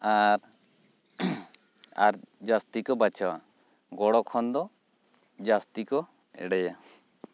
ᱟᱨ ᱟᱨ ᱡᱟᱹᱥᱛᱤ ᱠᱚ ᱵᱟᱪᱷᱟᱣᱟ ᱵᱚᱲᱚᱠᱷᱚᱱ ᱫᱚ ᱡᱟᱹᱥᱛᱤ ᱠᱚ ᱮᱲᱮᱭᱟ